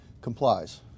complies